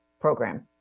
program